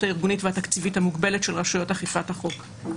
הארגונית והתקציבית המוגבלת של רשויות אכיפת החוק.